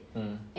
mm